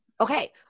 Okay